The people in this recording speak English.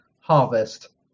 Harvest